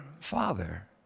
father